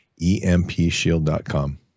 empshield.com